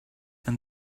and